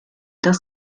das